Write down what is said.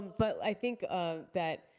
but i think that